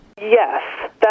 yes